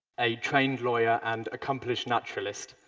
a trained lawyer and accomplished naturalist.